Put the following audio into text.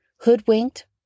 hoodwinked